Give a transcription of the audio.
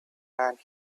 and